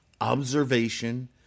observation